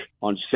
on